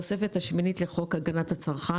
בתוספת השמינית לחוק הגנת הצרכן.